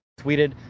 tweeted